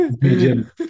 Medium